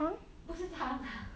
不是汤